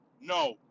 No